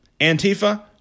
Antifa